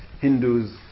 Hindus